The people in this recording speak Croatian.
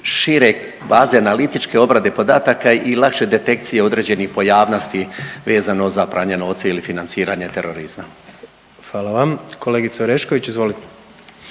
šireg baze analitičke obrade podataka i lakše detekcije određenih pojavnosti vezano za pranje novca ili financiranje terorizma. **Jandroković, Gordan